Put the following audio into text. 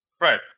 Right